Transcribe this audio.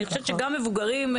אני חושבת שגם מבוגרים,